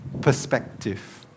perspective